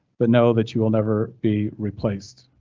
but know that you will never be replaced.